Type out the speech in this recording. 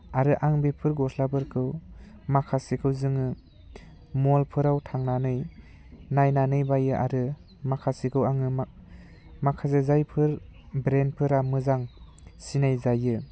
आरो आं बेफोर गस्लाफोरखौ माखासेखौ जोङो मलफोराव थांनानै नायनानै बायो आरो माखासेखौ आङो माखासे जायोफोर ब्रेन्डफोरा मोजां सिनायजायो